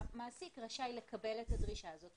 המעסיק רשאי לקבל את הדרישה הזאת,